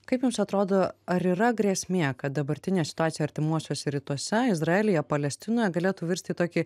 kaip jums atrodo ar yra grėsmė kad dabartinė situacija artimuosiuose rytuose izraelyje palestinoje galėtų virst į tokį